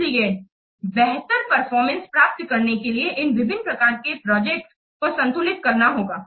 इसलिए बेहतर परफॉरमेंस प्राप्त करने के लिए इन विभिन्न प्रकार के प्रोजेक्ट को संतुलित करना होगा